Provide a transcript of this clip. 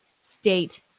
state